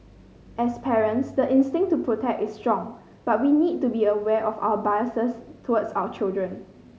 as parents the instinct to protect is strong but we need to be aware of our biases towards our children